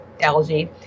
algae